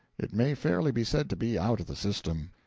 it may fairly be said to be out of the system.